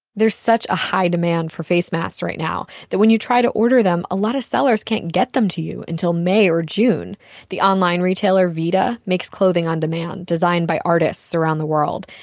there's such high demand for face masks right now that when you try to order them, a lot of sellers can't get them to you until may or june the online retailer vida makes clothing on demand designed by artists around the world.